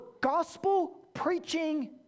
gospel-preaching